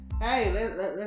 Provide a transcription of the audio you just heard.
hey